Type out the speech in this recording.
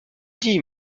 dis